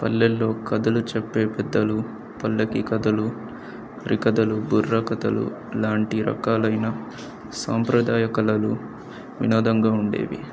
పల్లెల్లో కథలు చెప్పే పెద్దలు పల్లకి కథలు హరికథలు బుర్ర కథలు లాంటి రకాలైన సాంప్రదాయ కళలు వినోదంగా ఉండేవి